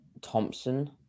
thompson